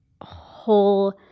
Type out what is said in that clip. whole